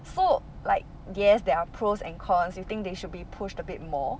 so like yes there are pros and cons you think they should be pushed a bit more